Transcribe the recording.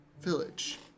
village